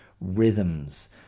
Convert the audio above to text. rhythms